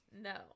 No